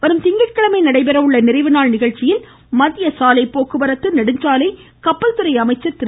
வரும் திங்கட்கிழமை நடைபெற உள்ள நிறைவுநாள் நிகழ்ச்சியில் மத்திய சாலைப்போக்குவரத்து நெடுஞ்சாலை கப்பல்துறை அமைச்சர் திரு